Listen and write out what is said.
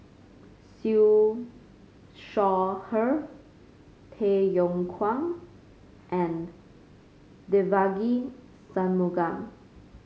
Siew Shaw Her Tay Yong Kwang and Devagi Sanmugam